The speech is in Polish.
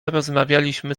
rozmawialiśmy